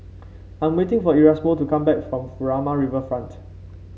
I'm waiting for Erasmo to come back from Furama Riverfront